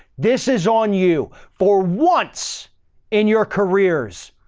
this is on you for once in your careers,